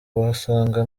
basanga